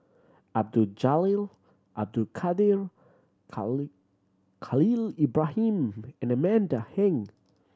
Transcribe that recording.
Abdul Jalil Abdul Kadir Khalil Ibrahim and Amanda Heng